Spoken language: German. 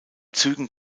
zügen